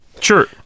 Sure